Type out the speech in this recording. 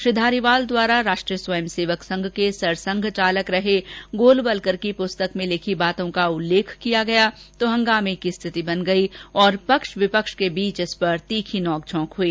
श्री धारीवाल द्वारा राष्ट्रीय स्वयं सेवक संघ के सरसंघ चालक रहे गोलवलकर की पुस्तक में लिखी बातों का उल्लेख किया गया तो हंगामें की रिथति बन गई और पक्ष विपक्ष के बीच इसपर तीखी नोंक झोंक हई